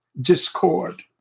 discord